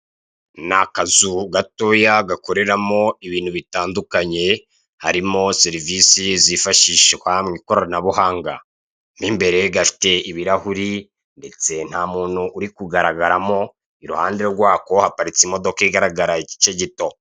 Ni akazu gatoya gakoreramo ibintu bitandukanye harimo serivisi zifashishwa mu ikoranabuhanga, mu imbere gafite ibirahuri ndetse nta muntu urikugaragaramo, iruhande rw'ako haparitse imodoka irikugaragara igice gito.